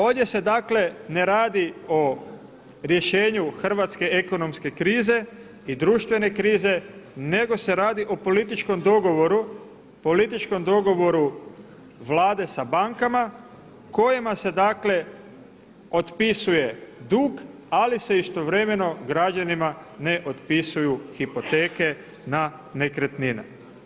Ovdje se dakle ne radi o rješenju hrvatske ekonomske krize i društvene krize nego se radi o političkom dogovoru, političkom dogovoru Vlade sa bankama kojima se otpisuje dug, ali se istovremeno građanima ne otpisuju hipoteke na nekretnine.